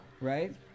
right